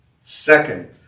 Second